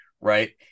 right